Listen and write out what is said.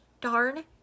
darn